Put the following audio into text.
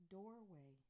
Doorway